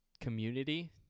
community